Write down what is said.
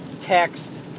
text